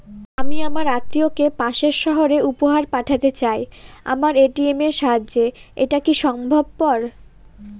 আমি আমার আত্মিয়কে পাশের সহরে উপহার পাঠাতে চাই আমার এ.টি.এম এর সাহায্যে এটাকি সম্ভবপর?